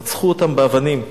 רצחו אותם באבנים.